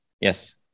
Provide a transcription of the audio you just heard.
Yes